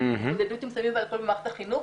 להתמודדות עם סמים ואלכוהול במשרד החינוך.